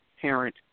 parent